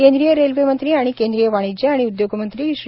केंद्रीय रेल्वेमंत्री आणि केंद्रीय वाणिज्य आणि उद्योग मंत्री श्री